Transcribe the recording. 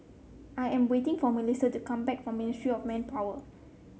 I am waiting for MelissiA to come back from Ministry of Manpower